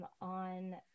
on